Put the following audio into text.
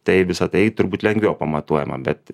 tai visa tai turbūt lengviau pamatuojama bet